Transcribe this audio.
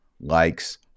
likes